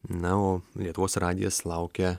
na o lietuvos radijas laukia